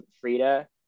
Frida